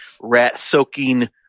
rat-soaking